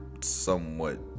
somewhat